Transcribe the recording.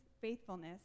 faithfulness